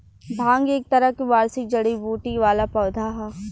भांग एक तरह के वार्षिक जड़ी बूटी वाला पौधा ह